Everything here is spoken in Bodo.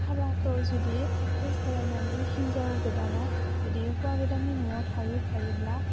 हाबाखौ जुदि गोसथोलायनानै हिन्जाव गोदाना जुदि हौवा गोदाननि न'आव थाहैखायोब्ला